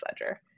Ledger